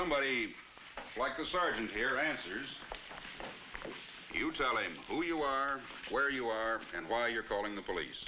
somebody like the sergeant here answers you tell him who you are where you are and why you're calling the police